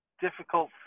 difficult